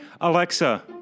Alexa